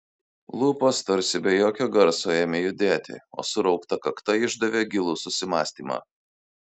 lūpos tarsi be jokio garso ėmė judėti o suraukta kakta išdavė gilų susimąstymą